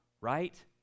Right